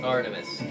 Artemis